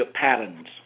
patterns